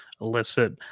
illicit